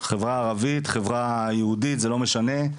חברה ערבית, חברה יהודית, זה לא משנה.